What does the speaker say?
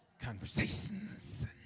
conversations